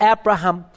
Abraham